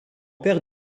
père